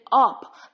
up